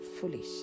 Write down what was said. foolish